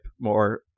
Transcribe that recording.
more